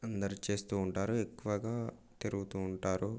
అందరూ చేస్తూ ఉంటారు ఎక్కువగా తిరుగుతూ ఉంటారు